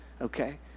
okay